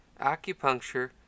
acupuncture